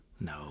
No